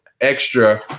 extra